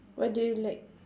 what do you like